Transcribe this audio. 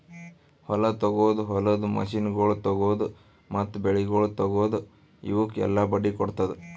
ಹೊಲ ತೊಗೊದು, ಹೊಲದ ಮಷೀನಗೊಳ್ ತೊಗೊದು, ಮತ್ತ ಬೆಳಿಗೊಳ್ ತೊಗೊದು, ಇವುಕ್ ಎಲ್ಲಾ ಬಡ್ಡಿ ಕೊಡ್ತುದ್